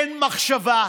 אין מחשבה,